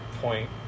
point